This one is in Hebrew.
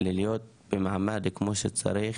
להיות במעמד כמו שצריך,